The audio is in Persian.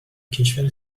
کشور